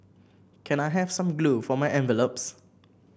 can I have some glue for my envelopes